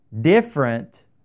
different